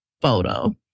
photo